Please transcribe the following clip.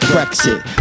Brexit